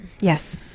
yes